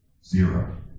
Zero